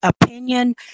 opinion